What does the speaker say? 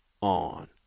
on